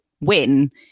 win